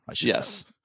Yes